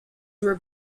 were